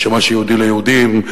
שמה שיהודי ליהודים,